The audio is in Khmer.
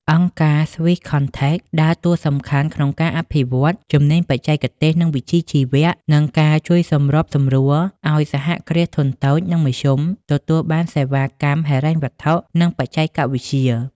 អង្គការ Swisscontact ដើរតួសំខាន់ក្នុងការអភិវឌ្ឍ "ជំនាញបច្ចេកទេស និងវិជ្ជាជីវៈ" និងការជួយសម្របសម្រួលឱ្យ សហគ្រាសធុនតូច និងមធ្យម ទទួលបានសេវាកម្មហិរញ្ញវត្ថុ និងបច្ចេកវិទ្យា។